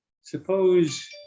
Suppose